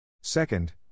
Second